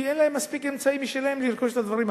כי אין להם מספיק אמצעים בשביל לרכוש את הדברים.